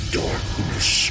darkness